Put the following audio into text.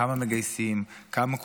כמה מגייסים,